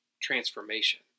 transformation